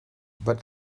but